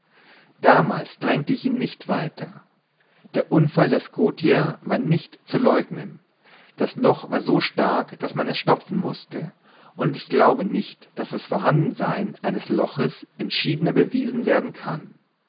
damals drängte ich ihn nicht weiter der unfall des scotia war nicht zu leugnen das loch war so stark daß man es stopfen mußte und ich glaube nicht daß das vorhandensein eines loches entschiedener bewiesen werden kann